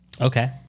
Okay